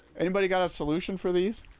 anybody got a solution for these?